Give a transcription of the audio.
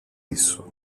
isso